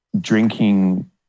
drinking